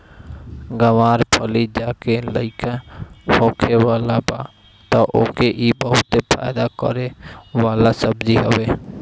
ग्वार फली जेके लईका होखे वाला बा तअ ओके इ बहुते फायदा करे वाला सब्जी हवे